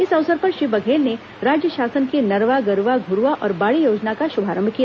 इस अवसर पर श्री बघेल ने राज्य शासन की नरवा गरूवा घ्रवा और बाड़ी योजना का श्भारंभ किया